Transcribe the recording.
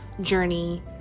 journey